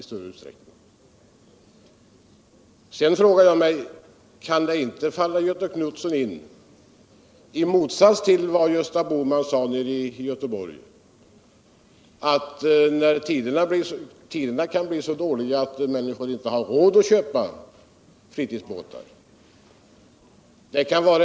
Sedan frågar jag mig: Kan det inte falla Göthe Knutson in — i motsats till vad Gösta Bohman sade i Göteborg —- att tiderna kan bli så dåliga att människorna inte har råd att köpa fritidsbåtar?